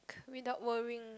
without worrying